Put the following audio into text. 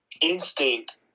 instinct